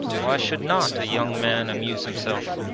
why should not a young man amuse himself?